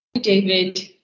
David